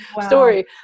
story